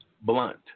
Blunt